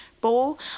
bowl